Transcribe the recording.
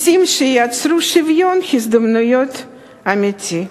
מסים שייצרו שוויון הזדמנויות אמיתי?